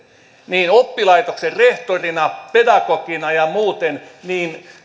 niin oppilaitoksen rehtorina pedagogina ja muuten näen että